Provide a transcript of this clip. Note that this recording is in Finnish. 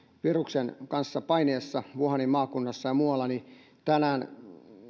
viruksen kanssa painimisesta wuhanin maakunnassa ja muualla tänään